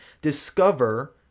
discover